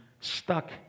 stuck